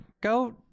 go